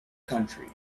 country